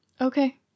Okay